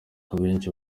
abenshi